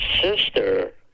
sister